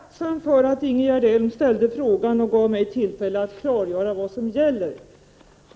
Herr talman! Jag är tacksam för att Ingegerd Elm ställde frågan, eftersom det gav mig tillfälle att klargöra vad som gäller.